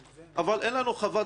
אבל אין לנו חוות דעת כתובה?